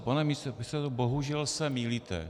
Pane místopředsedo, bohužel se mýlíte.